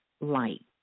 light